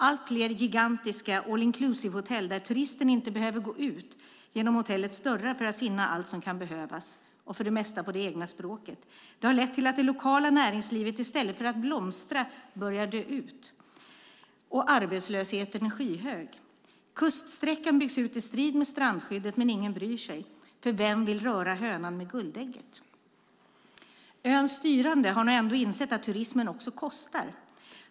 Allt fler gigantiska all-inclusive-hotell, där turisten inte behöver gå ut genom hotellets dörrar för att finna allt som kan behövas och för det mest på det egna språket, har lett till att det lokala näringslivet i stället för att blomstra börjar dö ut, och arbetslösheten är skyhög. Kuststräckan byggs ut i strid med strandskyddet, men ingen bryr sig, för vem vill röra hönan med guldägget. Öns styrande har nu ändå insett att turismen också kostar.